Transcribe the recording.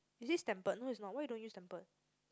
is this tempered no it's not why you don't want use tempered